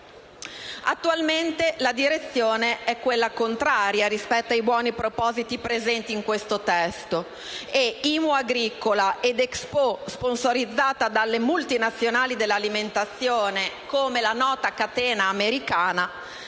muovendo in direzione contraria rispetto ai buoni propositi presenti nel testo in esame: l'IMU agricola e l'Expo, sponsorizzato dalle multinazionali dell'alimentazione, come la nota catena americana,